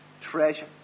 treasure